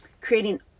creating